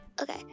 Okay